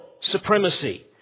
supremacy